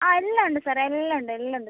ആ എല്ലാം ഉണ്ട് സാർ എല്ലാം ഉണ്ട് എല്ലാം ഉണ്ട് സാർ